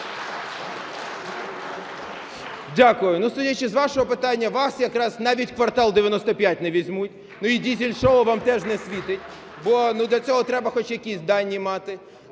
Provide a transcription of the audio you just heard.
Дякую. Ну судячи з вашого питання, вас якраз навіть в "Квартал 95" не візьмуть. Ну і "Дизель шоу" вам теж не світить, бо для цього треба хоч якісь дані мати.